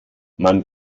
man